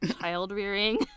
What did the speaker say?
child-rearing